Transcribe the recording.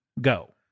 go